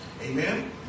Amen